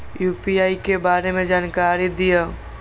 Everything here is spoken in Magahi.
यू.पी.आई के बारे में जानकारी दियौ?